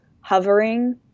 hovering